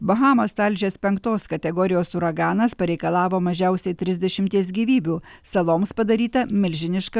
bahamas talžęs penktos kategorijos uraganas pareikalavo mažiausiai trisdešimties gyvybių saloms padaryta milžiniška